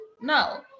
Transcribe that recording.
no